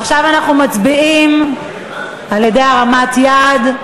עכשיו אנחנו מצביעים בהרמת יד.